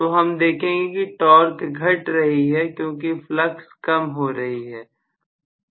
तो हम देखेंगे कि टॉर्क घट रही है क्योंकि फ्लक्स कम हो रही है